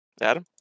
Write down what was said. Adam